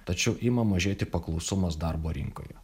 tačiau ima mažėti paklausumas darbo rinkoje